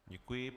Děkuji.